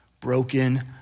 broken